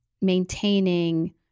maintaining